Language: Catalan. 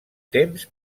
temps